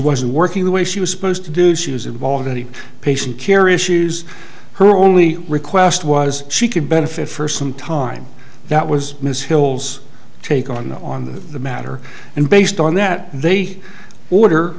wasn't working the way she was supposed to do she was involved in the patient care issues her only request was she could benefit first some time that was miss hill's take on the on the matter and based on that they order